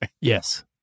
Yes